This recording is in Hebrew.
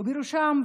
ובראשם,